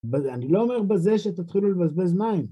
אני לא אומר בזה שתתחילו לבזבז מים